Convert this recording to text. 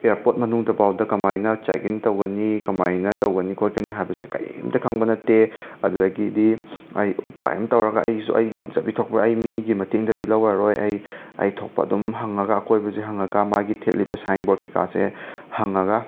airport ꯃꯅꯨꯡꯗꯐꯥꯎꯗ ꯀꯃꯥꯏꯅ check in ꯇꯧꯒꯅꯤ ꯀꯃꯥꯏꯅ ꯇꯧꯒꯅꯤ ꯈꯣꯠꯀꯅꯤ ꯍꯥꯏꯕꯁꯦ ꯀꯩꯝꯇ ꯈꯪꯕ ꯅꯠꯇꯦ ꯑꯗꯨꯗꯒꯤꯗꯤ ꯑꯩ ꯎꯄꯥꯏ ꯑꯃ ꯇꯧꯔꯒ ꯑꯩꯁꯨ ꯑꯩ ꯉꯝꯖꯕꯤ ꯊꯣꯛꯄ ꯑꯩ ꯃꯤꯒꯤ ꯃꯇꯦꯡꯗꯗꯤ ꯂꯧꯔꯔꯣꯏ ꯑꯩ ꯑꯩ ꯊꯣꯛꯄ ꯑꯗꯨꯝ ꯍꯪꯉꯒ ꯑꯀꯣꯏꯕꯁꯦ ꯍꯪꯉꯒ ꯃꯥꯒꯤ ꯊꯦꯠꯂꯤꯕ ꯁꯥꯏꯟ ꯕꯣꯔꯗ ꯀꯩꯀꯥꯁꯦ ꯍꯪꯉꯒ